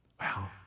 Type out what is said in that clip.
Wow